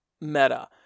meta